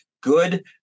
good